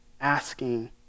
asking